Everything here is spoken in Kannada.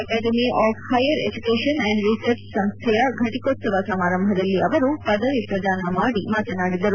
academy of higher education and research ಸಂಸ್ದೆಯ ಫಟಿಕೋತ್ಸವ ಸಮಾರಂಭದಲ್ಲಿ ಅವರು ಪದವಿ ಪ್ರದಾನ ಮಾದಿ ಮಾತನಾದಿದರು